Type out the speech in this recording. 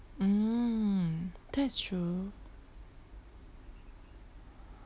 mm that's true